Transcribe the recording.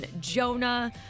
Jonah